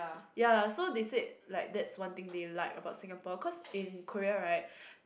ya so they said like that's one thing they like about Singapore cause in Korea right